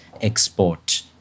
export